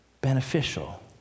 beneficial